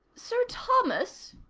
sir thomas,